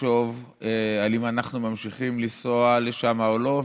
לחשוב אם אנחנו ממשיכים לנסוע לשם או לא,